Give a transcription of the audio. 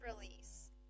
release